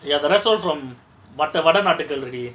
ya the rest all from மத்த வட நாடுகள்:matha vada naadukal already